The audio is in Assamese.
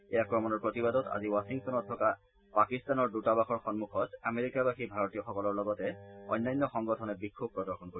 এই আক্ৰমণৰ প্ৰতিবাদত আজি ৱাখিংটনত থকা পাকিস্তানৰ দৃতাবাসৰ সন্মুখত আমেৰিকাবাসী ভাৰতীয়সকলৰ লগতে অন্যান্য সংগঠনে বিক্ষোভ প্ৰদৰ্শন কৰিব